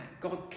God